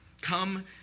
come